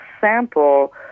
sample